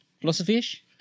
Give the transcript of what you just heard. Philosophy-ish